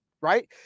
right